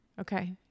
Okay